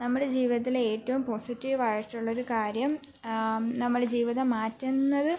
നമ്മുടെ ജീവിതത്തിലെ ഏറ്റവും പോസിറ്റീവായിട്ടുള്ളൊരു കാര്യം നമ്മൾ ജീവിതം മാറ്റുന്നത്